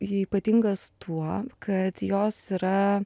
ypatingas tuo kad jos yra